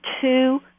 two